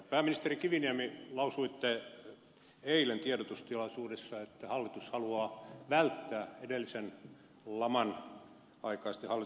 pääministeri kiviniemi lausuitte eilen tiedotustilaisuudessa että hallitus haluaa välttää edellisen laman aikaisten hallitusten virheitä